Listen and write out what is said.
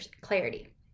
clarity